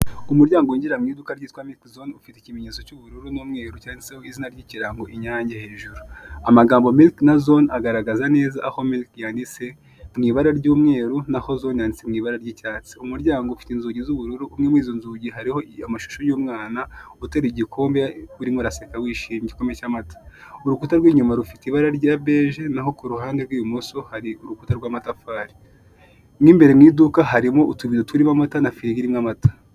Umuryango winjira mu iduka ryitwa miriki zoni ufite ikimenyetso cyanditseho izina ry'ikirango Inyange hejuru, amagambo miriki na zoni agaragaza neza aho miriki yanditse mu ibara ry'umweru naho zoni yanditse mu ibara ry'icyatsi, umuryango ufite inzugi z'ubururu umwe muri izo nzugi hariho amashusho y'umwana uteruye igikombe urimo uraseka yishimye igikombe cy'amata, urukuta rw'inyuma rufite ibara rya beje naho ku ruhande rw'ibumoso hari urukuta rw'amatafari, mo imbere mu iduka harimo utubido turimo amata na firigo irimo amata.